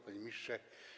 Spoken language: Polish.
Panie Ministrze!